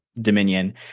dominion